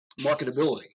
marketability